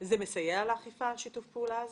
זה מסייע לאכיפה שיתוף הפעולה הזה?